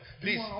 please